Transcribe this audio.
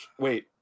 wait